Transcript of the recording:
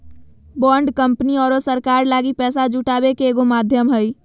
bond company आरो सरकार लगी पैसा जुटावे के एगो माध्यम हइ